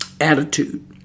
attitude